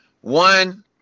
one